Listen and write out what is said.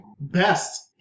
Best